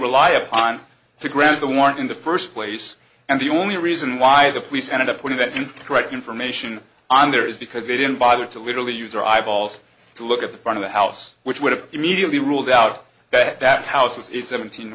rely upon to grant the warrant in the first place and the only reason why the police ended up putting that correct information on there is because they didn't bother to literally use your eyeballs to look at the front of the house which would have immediately ruled out that that house was the seventeen